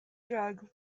drug